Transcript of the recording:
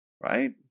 Right